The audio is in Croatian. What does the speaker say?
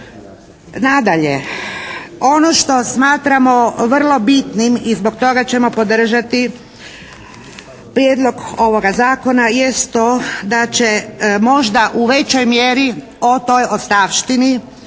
Nadalje, ono što smatramo vrlo bitnim i zbog toga ćemo podržati prijedlog ovoga zakona, jest to da će možda u većoj mjeri o toj ostavštini